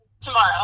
Tomorrow